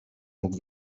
mógł